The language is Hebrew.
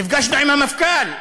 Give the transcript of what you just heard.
נפגשנו עם המפכ"ל,